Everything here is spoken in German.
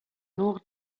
nur